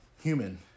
human